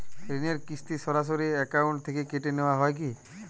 ঋণের কিস্তি সরাসরি অ্যাকাউন্ট থেকে কেটে নেওয়া হয় কি?